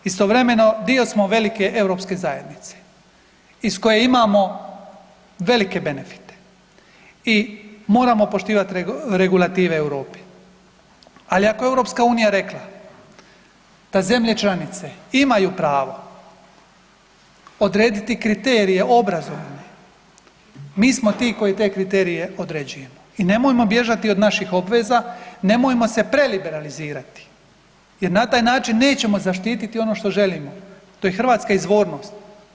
Istovremeno dio smo velike europske zajednice, iz koje imamo velike benefite i moramo poštivati regulative Europe, ali ako je Europska unija rekla da zemlje članice imaju pravo odrediti kriterije obrazovne, mi smo ti koji te kriterije određujemo i nemojmo bježati od naših obveza, nemojmo se preliberalizirati, jer na taj način nećemo zaštititi ono što želimo, to je hrvatska izvornost.